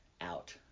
out